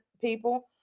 people